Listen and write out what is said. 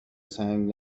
سنگ